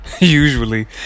usually